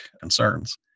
concerns